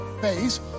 face